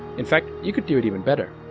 in fact, you could do it even better.